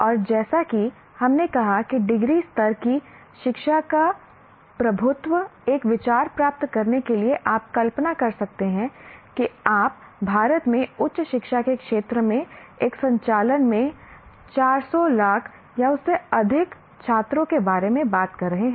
और जैसा कि हमने कहा कि डिग्री स्तर की शिक्षा का प्रभुत्व एक विचार प्राप्त करने के लिए आप कल्पना कर सकते हैं कि आप भारत में उच्च शिक्षा के क्षेत्र में एक संचालन में 400 लाख या उससे अधिक छात्रों के बारे में बात कर रहे हैं